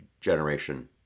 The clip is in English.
generation